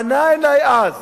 פנה אלי אז